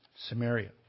Samaria